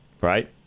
Right